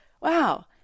wow